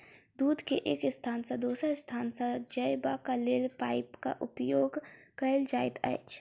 दूध के एक स्थान सॅ दोसर स्थान ल जयबाक लेल पाइपक उपयोग कयल जाइत छै